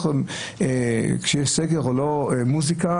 מוזיקה.